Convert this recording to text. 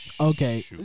okay